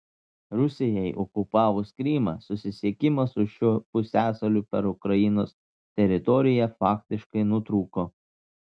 rusijai okupavus krymą susisiekimas su šiuo pusiasaliu per ukrainos teritoriją faktiškai nutrūko